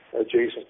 adjacent